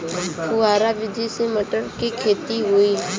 फुहरा विधि से मटर के खेती होई